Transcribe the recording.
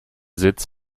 sitz